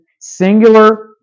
singular